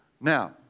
Now